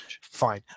Fine